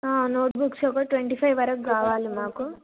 notebooks ఒక twenty five వరకు కావాలి మాకు